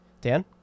Dan